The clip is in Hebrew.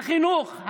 החינוך,